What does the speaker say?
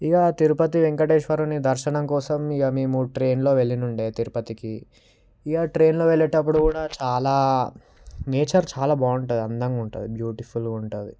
ఇగ తిరుపతి వెంకటేశ్వరుని దర్శనం కోసం ఇక మేము ట్రైన్లో వెళ్ళి ఉండే తిరుపతికి ఇక ట్రైన్లో వెళ్ళేటప్పుడు కూడా చాలా నేచర్ చాలా బాగుంటుంది అందంగా ఉంటుంది బ్యూటిఫుల్ ఉంటుంది